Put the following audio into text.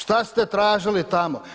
Šta ste tražili tamo?